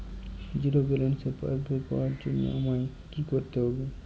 Zero ব্যালেন্সের পাসবই পাওয়ার জন্য আমায় কী করতে হবে?